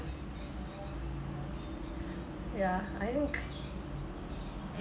ya I think